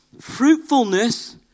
Fruitfulness